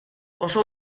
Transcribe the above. oso